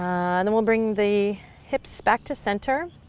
then we'll bring the hips back to center.